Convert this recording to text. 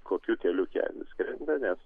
kokiu keliu ten nuskrenda nes